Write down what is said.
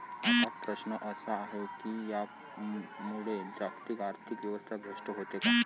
आता प्रश्न असा आहे की यामुळे जागतिक आर्थिक व्यवस्था भ्रष्ट होते का?